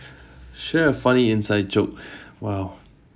sure funny inside joke !wow!